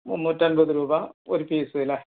മുന്നൂറ്റി അൻപത് രൂപ ഒരു പീസ് അല്ലേ